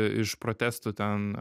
iš protestų ten